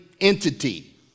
entity